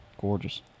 Gorgeous